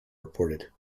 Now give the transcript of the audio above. reported